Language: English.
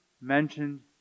mentioned